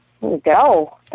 go